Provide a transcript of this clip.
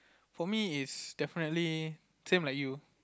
for me is definitely same like you